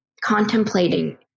contemplating